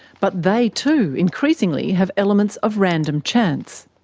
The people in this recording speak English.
but they too increasingly have elements of random chance.